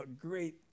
great